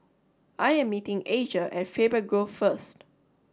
I am meeting Asia at Faber Grove first